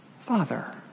Father